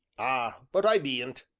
ah but i bean't!